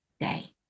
day